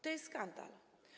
To jest skandal.